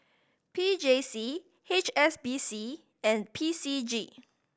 P J C H S B C and P C G